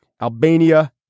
Albania